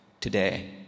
today